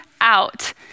out